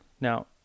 Now